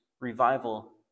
revival